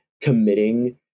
committing